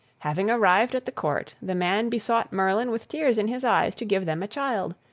having arrived at the court, the man besought merlin with tears in his eyes to give them a child,